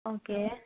okay